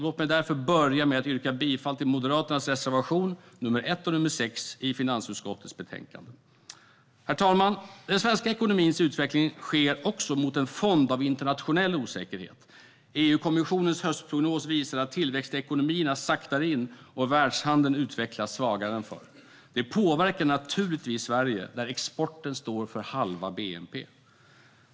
Låt mig därför börja med att yrka bifall till Moderaternas reservationer 1 och 6 i finansutskottets betänkande. Herr talman! Den svenska ekonomins utveckling sker också mot en fond av internationell osäkerhet. EU-kommissionens höstprognos visar att tillväxtekonomierna saktar in och att världshandeln utvecklas svagare än förr. Det påverkar naturligtvis Sverige, där exporten står för halva bnp.